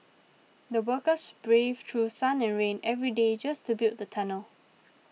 the workers braved through sun and rain every day just to build the tunnel